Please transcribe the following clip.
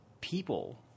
people –